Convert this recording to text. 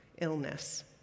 illness